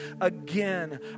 again